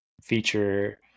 feature